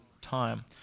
time